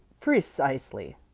precisely,